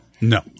No